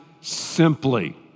simply